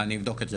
אני אבדוק את זה.